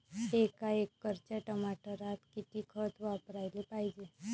एका एकराच्या टमाटरात किती खत वापराले पायजे?